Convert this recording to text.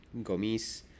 Gomis